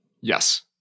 Yes